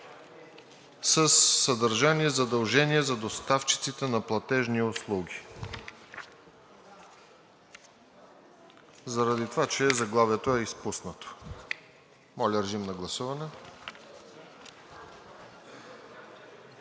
със съдържание „Задължение за доставчиците на платежни услуги“ поради това, че заглавието е изпуснато. Гласували